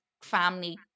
family